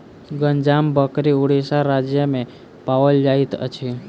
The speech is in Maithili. गंजाम बकरी उड़ीसा राज्य में पाओल जाइत अछि